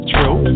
True